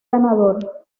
ganador